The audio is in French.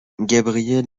gabriel